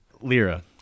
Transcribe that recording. Lyra